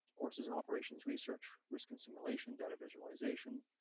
courses in operations, research, risk and simulation, data visualization,